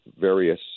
various